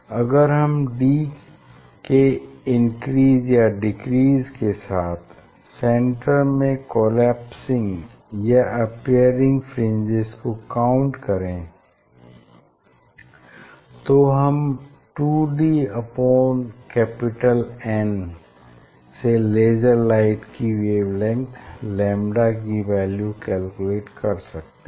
अगर हम d के इंक्रीज या डिक्रीज़ के साथ सेन्टर में कोलेप्सिंग या अपियरिंग फ्रिंजेस को काउंट करें तो हम 2dN से लेज़र लाइट की वेवलेंग्थ लैम्डा की वैल्यू कैलकुलेट कर सकते हैं